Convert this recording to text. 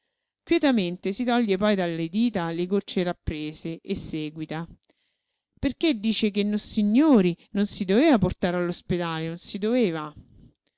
quietamente si toglie poi dalle dita le gocce rapprese e seguita perché dice che nossignori non si doveva portare all'ospedale non si doveva